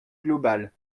global